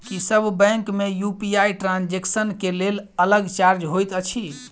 की सब बैंक मे UPI transaction केँ लेल अलग चार्ज होइत अछि?